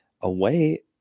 away